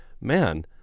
man